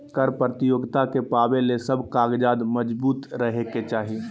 कर प्रतियोगिता के पावे ले सब कागजात मजबूत रहे के चाही